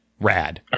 Rad